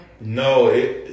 No